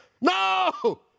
No